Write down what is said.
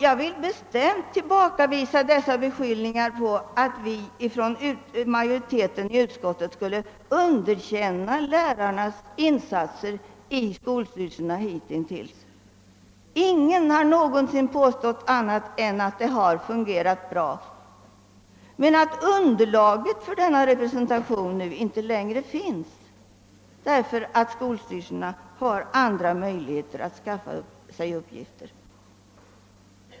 Jag vill bestämt tillbakavisa beskyllningarna om att vi som tillhör majoriteten i utskottet skulle underkänna lärarnas insatser hittills i skolstyrelserna. Ingen har någonsin påstått annat än att det har fungerat bra men att underlaget för representationen inte längre finns, därför att skolstyrelserna har andra möjligheter att skaffa sig uppgifter.